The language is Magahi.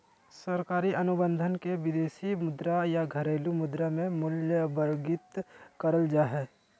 सरकारी अनुबंध के विदेशी मुद्रा या घरेलू मुद्रा मे मूल्यवर्गीत करल जा हय